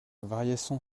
variation